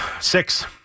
Six